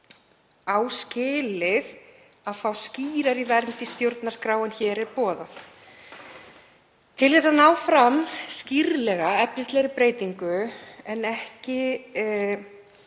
á skilið að fá skýrari vernd í stjórnarskrá en hér er boðað. Til þess að ná fram skýrlega efnislegri breytingu en ekki